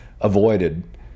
avoided